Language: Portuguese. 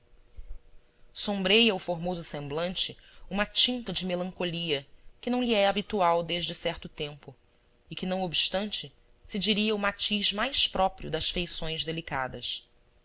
sombreia o formoso semblante uma tinta de melancolia que não lhe é habitual desde certo tempo e que não obstante se diria o matiz mais próprio das feições delicadas